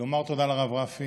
לומר תודה לרב רפי